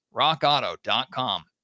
rockauto.com